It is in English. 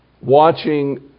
watching